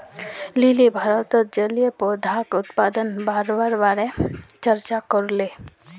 lily भारतत जलीय पौधाक उत्पादन बढ़वार बारे चर्चा करले